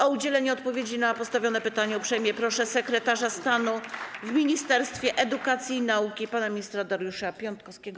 O udzielenie odpowiedzi na postawione pytania uprzejmie proszę sekretarza stanu w Ministerstwie Edukacji i Nauki pana ministra Dariusza Piontkowskiego.